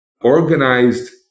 organized